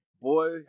Boy